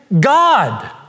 God